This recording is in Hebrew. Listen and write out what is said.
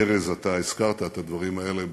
ארז, אתה הזכרת את הדברים האלה בהלוויה,